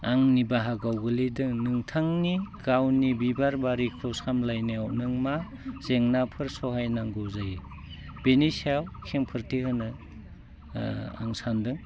आंनि बाहागोआव गोलैदों नोंथांनि गावनि बिबार बारिखौ सामलायनायाव नों मा जेंनाफोर सहायनांगौ जायो बेनि सायाव खेंफोरथि होनो आं सान्दों